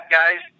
guys